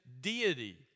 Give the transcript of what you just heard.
Deity